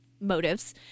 motives